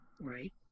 Right